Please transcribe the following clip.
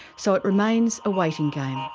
so it remains a waiting game. ah